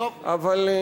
בכל מקרה,